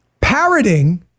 parroting